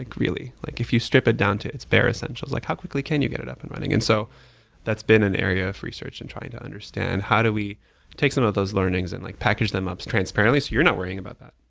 really? like if you strip it down to its bare essentials, like how quickly can you get it up and running? and so that's been an area of research and trying to understand how do we take some of those learnings and like package them up transparently so you're not worrying about them.